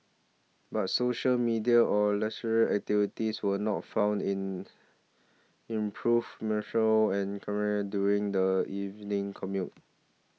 but social media or leisure activities were not found in improve and during the evening commute